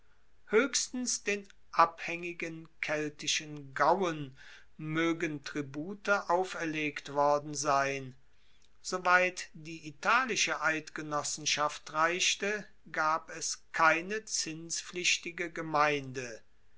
hoechstens den abhaengigen keltischen gauen moegen tribute auferlegt worden sein soweit die italische eidgenossenschaft reichte gab es keine zinspflichtige gemeinde